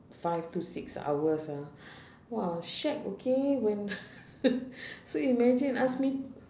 five to six hours ah !wow! shag okay when so imagine ask me